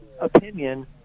opinion